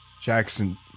Jackson